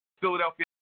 Philadelphia